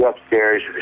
upstairs